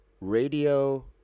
radio